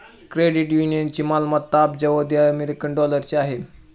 credit युनियनची मालमत्ता अब्जावधी अमेरिकन डॉलरची आहे